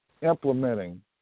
implementing